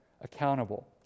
accountable